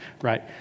right